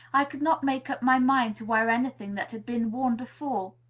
i could not make up my mind to wear any thing that had been worn before.